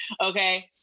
Okay